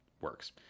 works